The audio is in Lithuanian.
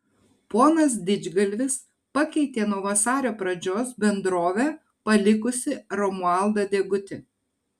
ponas didžgalvis pakeitė nuo vasario pradžios bendrovę palikusį romualdą degutį